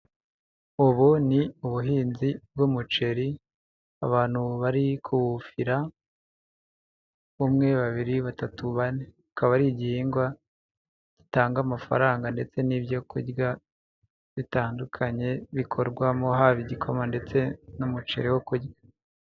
Ubu ni ubuhinzi bw'umuceri, abantu bari kuwufira: umwe, babiri, batatu, bane, akaba ari igihingwa gitanga amafaranga ndetse n'ibyo kurya bitandukanye bikorwamo, haba igikoma ndetse n'umuceri wo kurya.